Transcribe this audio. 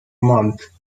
month